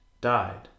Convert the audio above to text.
died